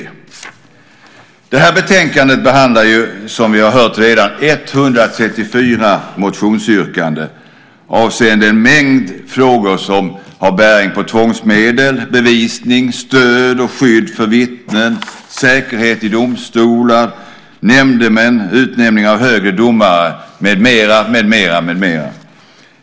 I det här betänkandet behandlas, som vi redan har hört, 134 motionsyrkanden avseende en mängd frågor som har bäring på tvångsmedel, bevisning, stöd och skydd för vittnen, säkerhet i domstolar, nämndemän, utnämning av högre domare med mera.